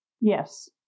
Yes